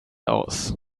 aus